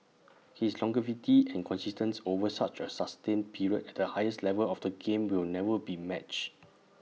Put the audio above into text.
his longevity and consistency over such A sustained period at the highest level of the game will never be matched